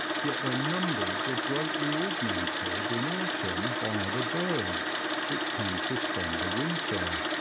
yet their numbers were greatly augmented in autumn by other birds which came to spend the winter.